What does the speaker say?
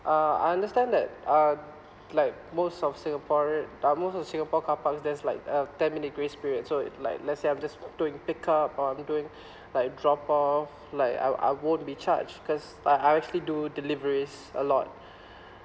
uh I understand that uh like most of singaporean uh most of singapore car parks there's like a ten minute grace period so if like let's say I'm just doing pick up or I'm doing like drop off like I I won't be charge because uh I actually do deliveries a lot